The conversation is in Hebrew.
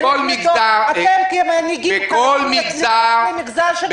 --- אתם, כמנהיגים, חייבים לדאוג למגזר שלכם.